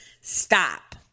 stop